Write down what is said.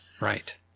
right